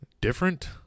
different